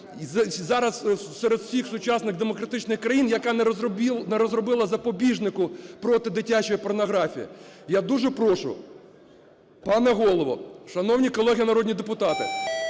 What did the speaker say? зараз серед усіх сучасних демократичних країн, яка не розробила запобіжника проти дитячої порнографії. Я дуже прошу, пане Голово, шановні колеги народні депутати,